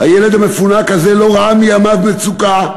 הילד המפונק הזה לא ראה מימיו מצוקה,